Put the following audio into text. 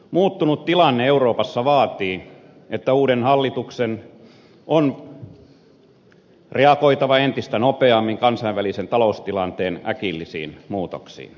muuttunut tilanne euroopassa vaatii että uuden hallituksen on reagoitava entistä nopeammin kansainvälisen taloustilanteen äkillisiin muutoksiin